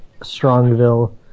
Strongville